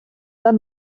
pas